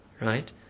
right